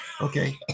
Okay